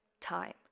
Time